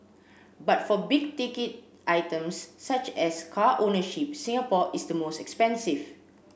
but for big ticket items such as car ownership Singapore is the most expensive